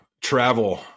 travel